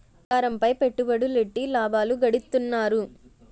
బంగారంపై పెట్టుబడులెట్టి లాభాలు గడిత్తన్నారు